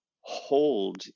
hold